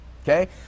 Okay